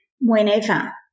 whenever